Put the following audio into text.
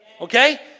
Okay